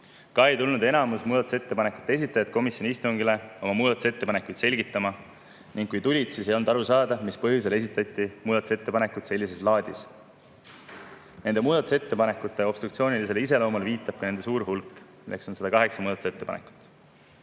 Ka ei tulnud enamus muudatusettepanekute esitajaid komisjoni istungile oma muudatusettepanekuid selgitama ning kui keegi ka tuli, siis ei olnud aru saada, mis põhjusel olid muudatusettepanekud esitatud sellises laadis. Nende muudatusettepanekute obstruktsioonilisele iseloomule viitab ka nende suur hulk: 108 muudatusettepanekut. Seega